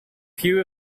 few